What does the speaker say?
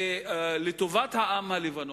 לטובת העם הלבנוני,